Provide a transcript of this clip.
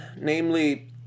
namely